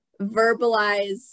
verbalize